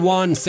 one